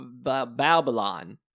babylon